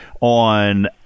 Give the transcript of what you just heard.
on